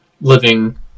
living